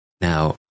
now